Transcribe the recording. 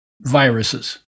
viruses